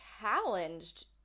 challenged